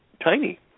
tiny